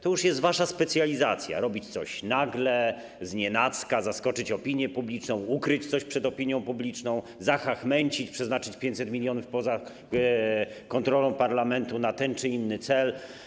To już jest wasza specjalizacja robić coś nagle, znienacka, zaskoczyć opinię publiczną, ukryć coś przed opinią publiczną, zachachmęcić, przeznaczyć 500 mln poza kontrolą parlamentu na ten czy inny cel.